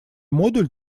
модуль